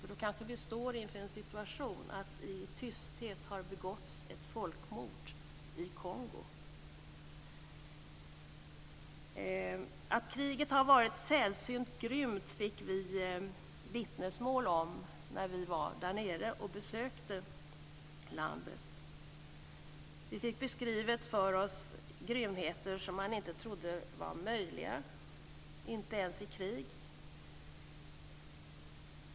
Då kanske vi står inför en situation att det i tysthet har begåtts ett folkmord i Kongo. Att kriget har varit sällsynt grymt fick vi vittnesmål om när vi var där nere och besökte landet. Vi fick beskrivet för oss grymheter som man inte trodde var möjliga, inte ens i krig.